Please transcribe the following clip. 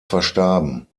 verstarben